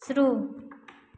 शुरू